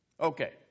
Okay